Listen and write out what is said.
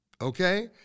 Okay